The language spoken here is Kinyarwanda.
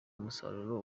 umusaruro